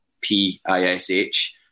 P-I-S-H